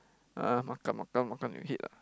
ah makan makan makan your head ah